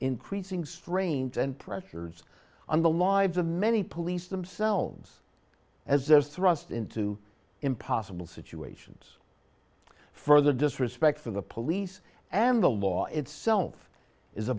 increasing strains and pressures on the lives of many police themselves as as thrust into impossible situations for the disrespect for the police and the law itself is a